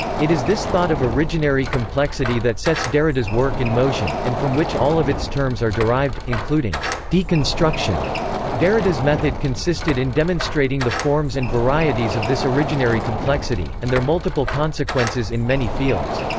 it is this thought of originary complexity that sets derrida's work in motion, and from which all of its terms are derived, including deconstruction derrida's method consisted in demonstrating the forms and varieties of this originary complexity, and their multiple consequences in many fields.